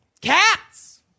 cats